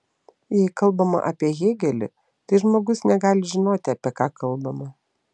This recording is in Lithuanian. jei kalbama apie hėgelį tai žmogus negali žinoti apie ką kalbama